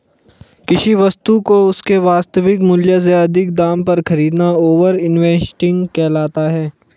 किसी वस्तु को उसके वास्तविक मूल्य से अधिक दाम पर खरीदना ओवर इन्वेस्टिंग कहलाता है